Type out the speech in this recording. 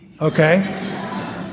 okay